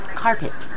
carpet